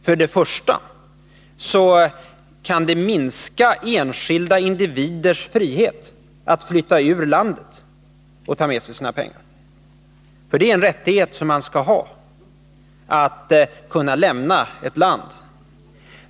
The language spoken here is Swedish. För det första kan en sådan valutakontroll minska enskilda individers frihet att flytta ur landet och ta med sig sina pengar. Att kunna lämna ett land är en rättighet som man skall ha.